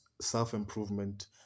self-improvement